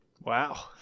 Wow